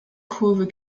kurve